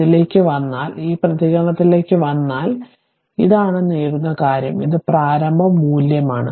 ഇതിലേക്ക് വന്നാൽ ഈ പ്രതികരണത്തിലേക്ക് വന്നാൽ ഇതാണ് at ൽ നേടുന്ന കാര്യം ഇത് പ്രാരംഭ മൂല്യമാണ്